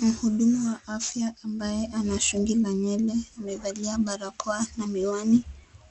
Muhudumu wa afya ambaye ana shangi la nywele amevaa barakoa na miwani